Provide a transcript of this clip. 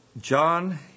John